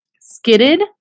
Skidded